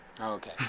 Okay